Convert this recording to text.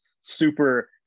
super